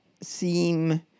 seem